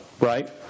Right